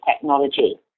technology